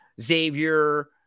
Xavier